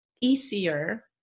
easier